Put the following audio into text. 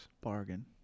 Bargain